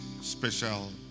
special